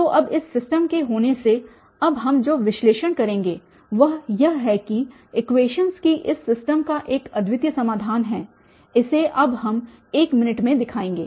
तो अब इस सिस्टम के होने से अब हम जो विश्लेषण करेंगे वह यह है कि इक्वेशन्स की इस सिस्टम का एक अद्वितीय समाधान है इसे अब हम एक मिनट में दिखाएंगे